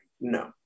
No